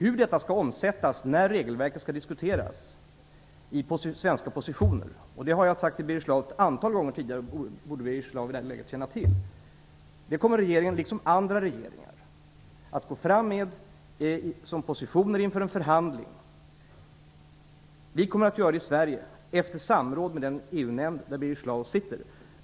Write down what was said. Hur detta skall omsättas i praktiken, när regelverket skall diskuteras i svenska positioner - det har jag sagt till Birger Schlaug ett antal gånger tidigare, och det borde Birger Schlaug vid det här laget känna till - kommer regeringen liksom andra regeringar att gå fram med som positioner i en förhandling. Vi kommer att göra det i Sverige efter samråd med den EU-nämnd som Birger Schlaug sitter i.